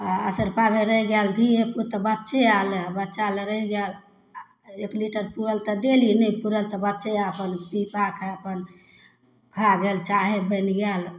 आ आसेर पाभरि रहि गेल धिये पुते बच्चे आर लए बच्चा लए रहि गेल एक लीटर पूरल तऽ देली नहि पूरल तऽ बच्चे आर अपन पी पा कए अपन खा गेल चाहे बनि गेल